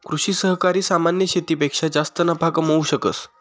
कृषि सहकारी सामान्य शेतीपेक्षा जास्त नफा कमावू शकस